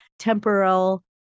Temporal